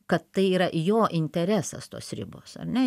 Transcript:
kad tai yra jo interesas tos ribos ar ne